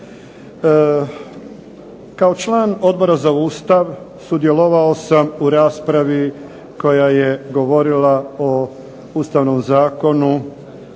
Kao član Odbora za Ustav sudjelovao sam u raspravi koja je govorila o Ustavnom zakonu,